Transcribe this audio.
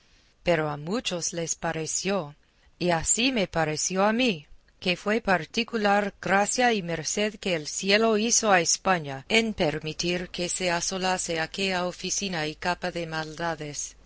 pero a muchos les pareció y así me pareció a mí que fue particular gracia y merced que el cielo hizo a españa en permitir que se asolase aquella oficina y capa de maldades